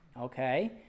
okay